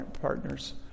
partners